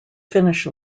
finish